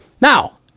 Now